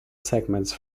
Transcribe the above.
segments